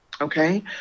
Okay